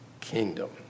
kingdom